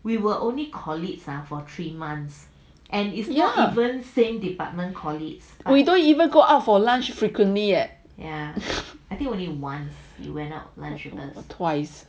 we don't even go out for lunch frequently leh twice